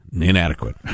inadequate